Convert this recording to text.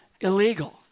illegal